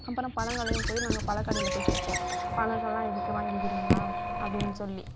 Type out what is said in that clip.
அப்புறம் பழங்களையும் போய் நாங்கள் பழக்கடையில் போய் கேட்போம் பழங்கெல்லாம் இருக்குது வாங்கிக்கிறிங்களா அப்படினு சொல்லி